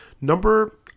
number